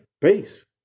Peace